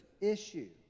issue